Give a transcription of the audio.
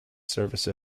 service